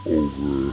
over